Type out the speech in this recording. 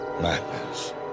madness